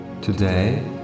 Today